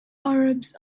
arabs